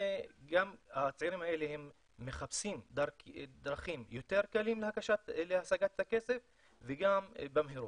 הצעירים האלה מחפשים דרכים יותר קלים להשגת הכסף וגם במהירות.